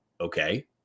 okay